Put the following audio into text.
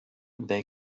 they